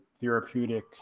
therapeutic